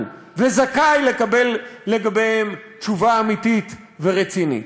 וזכאי לקבל עליהן תשובה אמיתית ורצינית.